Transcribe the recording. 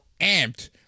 amped